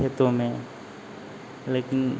खेतों में लेकिन